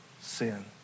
sin